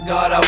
God